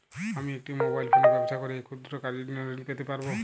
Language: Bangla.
আমি একটি মোবাইল ফোনে ব্যবসা করি এই ক্ষুদ্র কাজের জন্য ঋণ পেতে পারব?